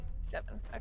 Seven